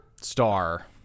Star